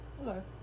Hello